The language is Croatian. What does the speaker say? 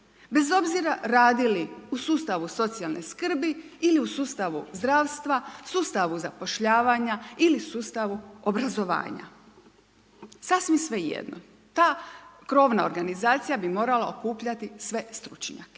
bez obzira radili u sustavu socijalne skrbi ili u sustavu zdravstva, sustavu zapošljavanja ili sustavu obrazovanja, sasvim svejedno. Ta krovna organizacija bi morala okupljati sve stručnjake.